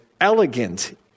elegant